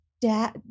Dad